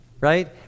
Right